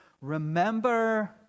Remember